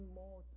more